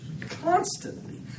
constantly